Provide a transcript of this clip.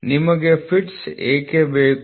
ನಮಗೆ ಫಿಟ್ಸ್ ಏಕೆ ಬೇಕು